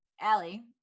Allie